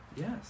Yes